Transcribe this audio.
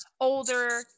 older